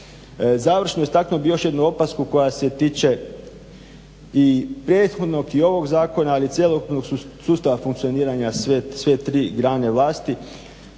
Završno istaknuo bih još jednu opasku koja se tiče i prethodnog i ovog zakona, ali i cjelokupnog sustava funkcioniranja sve tri grane vlasti,